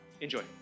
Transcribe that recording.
Enjoy